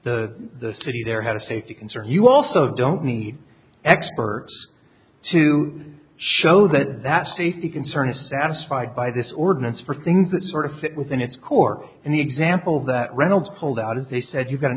agrees the city there had a safety concern you also don't need experts to show that that safety concerns satisfied by this ordinance for things that sort of fit within its core and the example that reynolds pulled out of they said you've got an